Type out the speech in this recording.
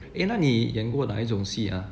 eh 那你演过哪一种戏 ah